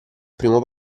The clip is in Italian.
primo